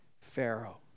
Pharaoh